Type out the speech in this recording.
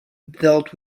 dealt